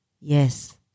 Yes